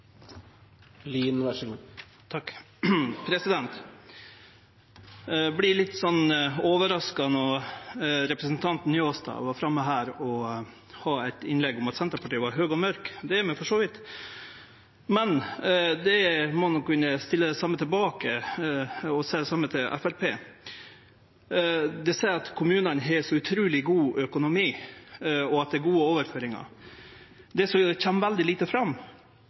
vi for så vidt, men då må ein jo kunne seie det same til Framstegspartiet. Dei seier at kommunane har så utruleg god økonomi, og at det er gode overføringar. Det som kjem veldig lite fram,